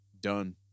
done